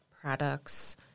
products